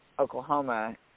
Oklahoma